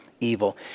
evil